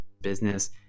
business